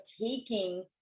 taking